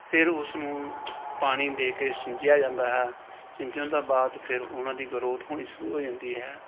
ਫਿਰ ਉਸਨੂੰ ਪਾਣੀ ਦੇ ਕੇ ਸਿੰਜਿਆ ਜਾਂਦਾ ਹੈ ਸਿੰਜਣ ਤੋਂ ਬਾਅਦ ਫਿਰ ਉਹਨਾਂ ਦੀ ਗਰੋਥ ਹੋਣੀ ਸ਼ੁਰੂ ਹੋ ਜਾਂਦੀ ਹੈ